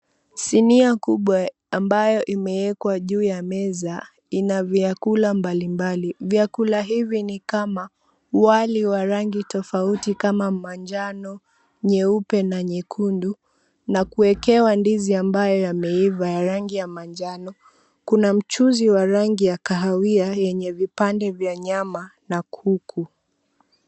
Sinia kubwa ambayo imewekwa juu ya meza ina vyakula mbalimbali. Vyakula hivi ni kama wali wa rangi tofauti kama manjano, nyeupe na nyekundu na kuwekewa ndizi ambayo yameiva ya rangi ya manjano. Kuna mchuzi wa rangi ya kahawia yenye vipande vya nyama na kuku.